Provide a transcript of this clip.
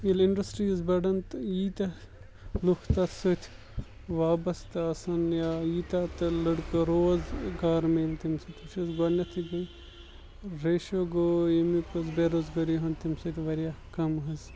ییٚلہِ اِنڈَسٹریٖز بَڑَن تہٕ ییٖتیاہ لُکھ تَتھ سۭتۍ وابسطہٕ آسَن یا ییٖتیاہ تہِ لٔڑکہٕ روز گار میلہِ تمہِ سۭتۍ وُچھ حظ گۄڈنیٮ۪تھٕے گٔے ریشو گوٚو ییٚمیُک حظ بے روزگٲری ہُنٛد تمہِ سۭتۍ واریاہ کَم حظ